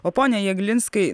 o pone jeglinskai